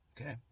Okay